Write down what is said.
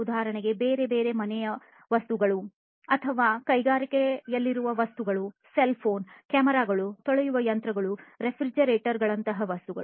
ಉದಾಹರಣೆಗೆ ಬೇರೆ ಬೇರೆ ಮನೆಯ ವಸ್ತುಗಳು ಅಥವಾ ಕೈಗಾರಿಕೆಗಳಲ್ಲಿರುವ ವಸ್ತುಗಳು ಸೆಲ್ ಫೋನ್ ಕ್ಯಾಮೆರಾ ಗಳು ತೊಳೆಯುವ ಯಂತ್ರಗಳು ರೆಫ್ರಿಜರೇಟರ್ ಗಳಂತಹ ವಸ್ತುಗಳು